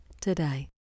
today